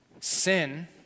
Sin